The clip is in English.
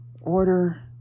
order